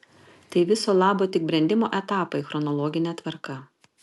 tai viso labo tik brendimo etapai chronologine tvarka